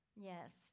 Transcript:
Yes